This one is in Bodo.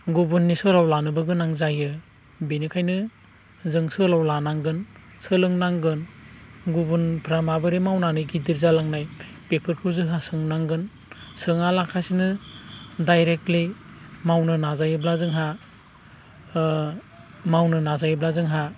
गुबुननि सोराव लानोबो गोनां जायो बिनिखायनो जों सोलाव लानांगोन सोलोंनांगोन गुबुनफ्रा माबोरै मावनानै गिदिर जालांनाय बेफोरखौ जोंहा सोंनांगोन सोङा लासिनो डाइरेक्टलि मावनो नाजायोब्ला जोंहा मावनो नाजायोब्ला जोंहा